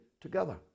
together